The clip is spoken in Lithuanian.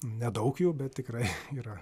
nedaug jų bet tikrai yra